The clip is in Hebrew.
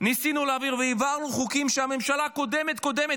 ניסינו להעביר והעברנו חוקים שהממשלה הקודמת קודמת,